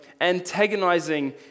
antagonizing